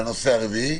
והנושא הרביעי.